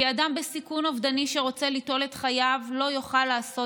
כי אדם בסיכון אובדני שרוצה ליטול את חייו לא יוכל לעשות